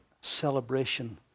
celebration